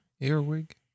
Earwig